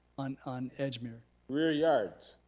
on on edgemere. rear yards.